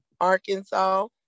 Arkansas